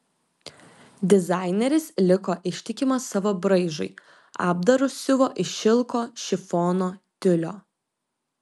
dizaineris liko ištikimas savo braižui apdarus siuvo iš šilko šifono tiulio